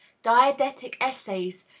didactic essays,